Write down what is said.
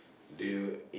do you